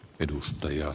arvoisa puhemies